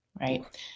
Right